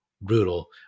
brutal